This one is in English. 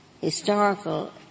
historical